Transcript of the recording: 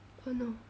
oh no